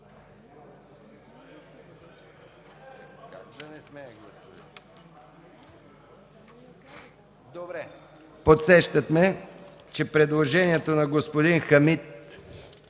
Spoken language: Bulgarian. до мен. Подсещат ме, че предложението на господин Хамид